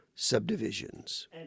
subdivisions